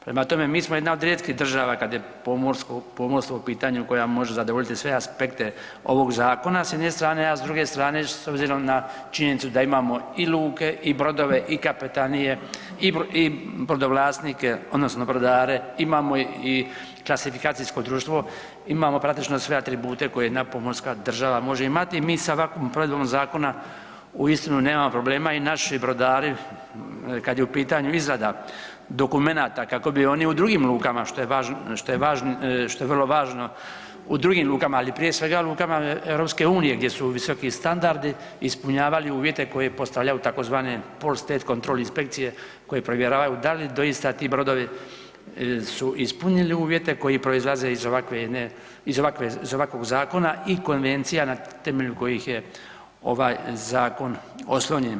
Prema tome, mi smo jedna od rijetkih država kada je pomorstvo u pitanju koja može zadovoljiti sve aspekte ovog zakona s jedne strane, a s druge strane s obzirom na činjenicu da imamo i luke i brodove i kapetanije i brodovlasnike odnosno brodare, imamo i klasifikacijsko društvo, imamo praktično sve atribute koje jedna pomorska država može imati i mi sa ovakvom provedbom zakona uistinu nemamo problema i naši brodari kada je u pitanju izrada dokumenata kako bi oni u drugim lukama što je vrlo važno u drugim lukama, ali prije svega u lukama EU gdje su visoki standardi ispunjavali uvjete koje postavljaju tzv. … kontrol inspekcije koje provjeravaju da li doista ti brodovi su ispunili uvjete koji proizlaze iz ovakvog zakona i konvencija na temelju kojih je ovaj zakon oslonjen.